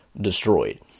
destroyed